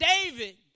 David